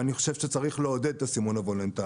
ואני חושב שצריך לעודד את הסימון הוולונטרי,